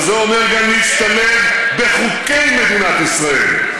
אבל זה אומר להשתלב גם בחוקי מדינת ישראל.